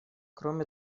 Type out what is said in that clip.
кроме